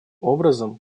образом